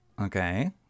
Okay